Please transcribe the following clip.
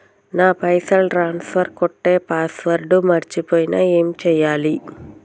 నా పైసల్ ట్రాన్స్ఫర్ కొట్టే పాస్వర్డ్ మర్చిపోయిన ఏం చేయాలి?